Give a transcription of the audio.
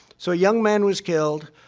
so a young man was killed,